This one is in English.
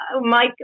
Mike